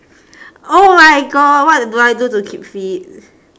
oh my god what to do I do to keep fit